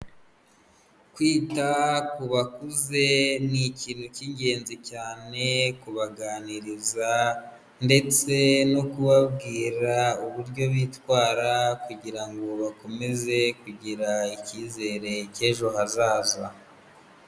Kwita ku bakuze ni ikintu cy'ingenzi cyane kubaganiriza ndetse no kubabwira uburyo bitwara kugira ngo bakomeze kugira icyizere cy'ejo hazaza.